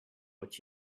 what